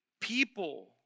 people